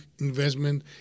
investment